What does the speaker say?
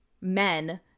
men